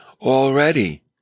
already